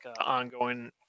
ongoing